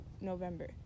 November